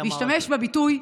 השתמש בביטוי: